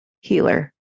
healer